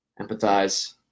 Empathize